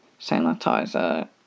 sanitizer